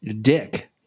Dick